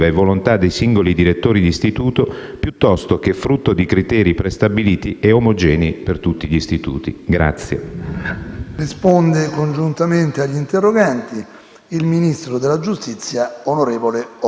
piuttosto che frutto di criteri prestabiliti e omogenei per tutti gli istituti.